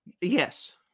Yes